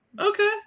Okay